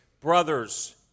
brothers